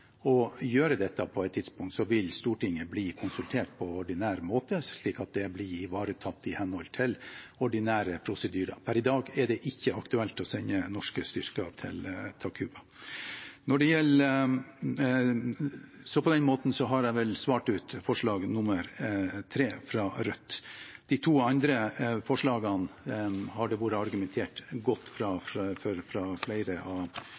å gjøre dette på et tidspunkt, vil Stortinget bli konsultert på ordinær måte, slik at det blir ivaretatt i henhold til ordinære prosedyrer. Per i dag er det ikke aktuelt å sende norske styrker til Takuba. På den måten har jeg vel svart ut forslag nr. 3, fra Rødt. Når det gjelder de to andre forslagene, har det fra flere av stortingsrepresentantene vært argumentert godt